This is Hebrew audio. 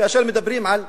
כאשר מדברים על איסור,